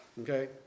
okay